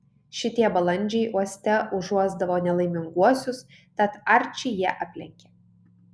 šitie balandžiai uoste užuosdavo nelaiminguosius tad arčį jie aplenkė